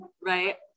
right